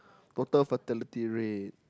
total fertility rate